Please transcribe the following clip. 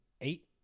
eight